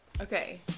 Okay